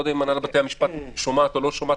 אני לא יודע אם הנהלת בתי המשפט שומעת או לא שומעת.